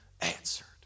answered